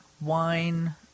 wine